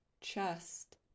chest